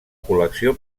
col·lecció